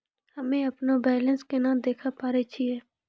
हम्मे अपनो बैलेंस केना देखे पारे छियै?